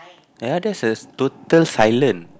yeah that's the total silent